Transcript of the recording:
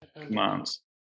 commands